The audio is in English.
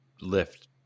lift